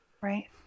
Right